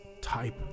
type